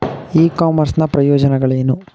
E commerce ನ ಪ್ರಯೋಜನಗಳೇನು?